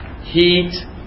heat